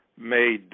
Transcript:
made